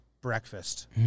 breakfast